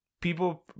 People